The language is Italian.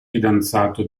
fidanzato